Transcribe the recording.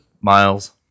miles